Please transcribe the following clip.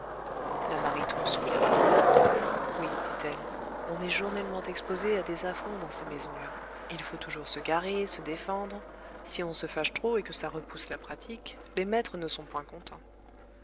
la mariton soupira oui dit-elle on est journellement exposée à des affronts dans ces maisons-là il faut toujours se garer se défendre si on se fâche trop et que ça repousse la pratique les maîtres ne sont point contents